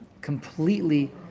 completely